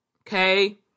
Okay